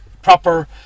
Proper